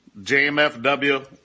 JMFW